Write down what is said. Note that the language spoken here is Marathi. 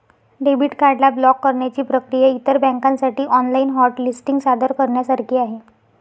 डेबिट कार्ड ला ब्लॉक करण्याची प्रक्रिया इतर बँकांसाठी ऑनलाइन हॉट लिस्टिंग सादर करण्यासारखी आहे